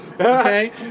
Okay